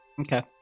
Okay